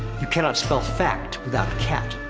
you cannot spell fact without cat.